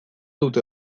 dute